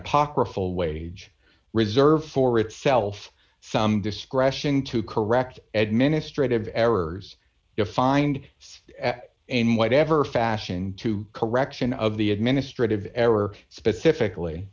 apocryphal wage reserved for itself some discretion to correct administratively errors defined and whatever fashion to correction of the administrative error specifically